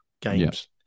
games